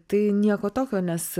tai nieko tokio nes